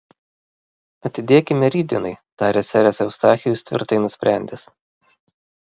atidėkime rytdienai tarė seras eustachijus tvirtai nusprendęs